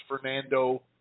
Fernando